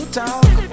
talk